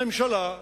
הממשלה,